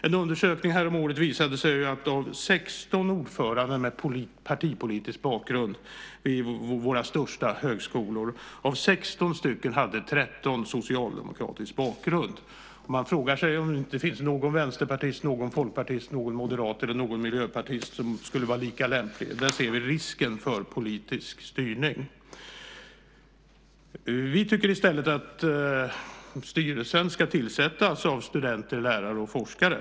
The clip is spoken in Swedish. En undersökning häromåret visade att av 16 ordförande med partipolitisk bakgrund vid våra största högskolor hade 13 socialdemokratisk bakgrund. Man frågar sig om det inte finns någon vänsterpartist, folkpartist, moderat eller miljöpartist som skulle vara lika lämplig. Där ser vi risken för politisk styrning. Vi tycker i stället att styrelsen ska tillsättas av studenter, lärare och forskare.